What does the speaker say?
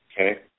Okay